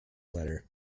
letter